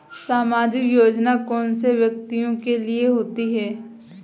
सामाजिक योजना कौन से व्यक्तियों के लिए होती है?